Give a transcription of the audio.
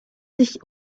sich